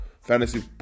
fantasy